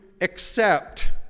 accept